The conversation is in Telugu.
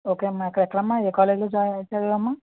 ఓకే అమ్మా అక్కడ ఎక్కడమ్మా ఏ కాలేజీలో జాయిన్ చదివినావు అమ్మ